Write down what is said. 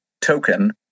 token